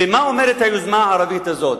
ומה אומרת היוזמה הערבית הזאת